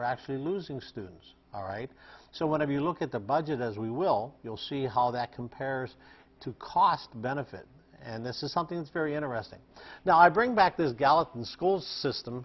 are actually losing students all right so whenever you look at the budget as we will you'll see how that compares to cost benefit and this is something that's very interesting now i bring back the gallatin school system